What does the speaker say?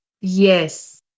yes